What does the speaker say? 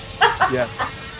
Yes